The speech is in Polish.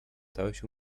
dałeś